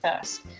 first